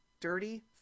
dirty